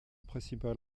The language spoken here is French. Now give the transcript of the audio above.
principal